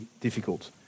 difficult